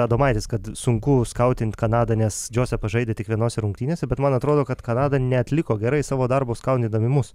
adomaitis kad sunku skautint kanadą nes džosef žaidė tik vienose rungtynėse bet man atrodo kad kanada neatliko gerai savo darbus skautindami mus